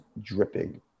dripping